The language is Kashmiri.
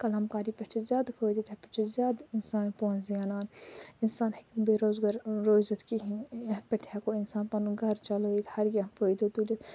قلم کاری پٮ۪ٹھ چھِ زیادٕ فٲیدٕ تَتھ پٮ۪ٹھ چھِ زیادٕ اِنسان پونٛسہٕ زینان اِنسان ہٮ۪کہِ نہٕ بےٚ روزگار روٗزِتھ کِہیٖنۍ یَتھ پٮ۪ٹھ تہِ ہٮ۪کو اِنسان پَنُن گَرٕ چَلٲیِتھ ہَر کیٚنٛہہ فٲیدٕ تُلِتھ